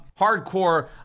hardcore